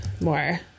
more